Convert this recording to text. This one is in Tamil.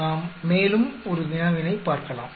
நாம் மேலும் ஒரு வினாவினை பார்க்கலாம்